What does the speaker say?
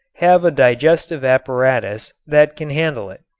have a digestive apparatus that can handle it.